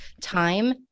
time